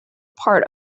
part